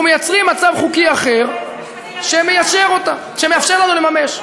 אנחנו מייצרים מצב חוקי אחר שמאפשר לנו לממש.